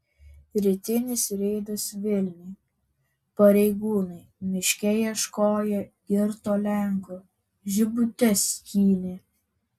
rytinis reidas vilniuje pareigūnai miške ieškoję girto lenko žibutes skynė